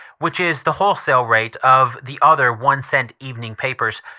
which is the wholesale rate of the other one-cent evening papers.